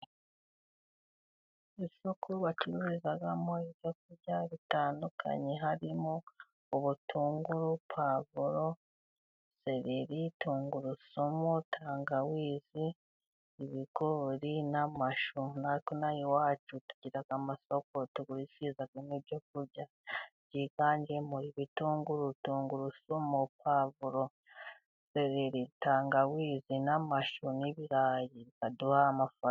Isoko bacururizamo ibyo kurya bitandukanye, harimo ubutunguru, pavuro, seriri, tungurusumu, tangawizi, ibigori n'amasho, natwe ino aha iwacu tugira amasoko tugurishirizamo ibyo kurya byiganjemo ibitunguru, tungurusumu, pavuro, sereri, tangawizi n' amashu n'ibirayi bikaduha amafaranga.